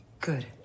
Good